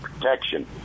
protection